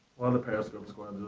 of the periscope squad